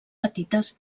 petites